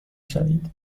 شوید